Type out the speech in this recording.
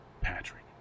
Patrick